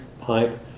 pipe